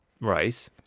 Right